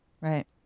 Right